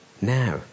now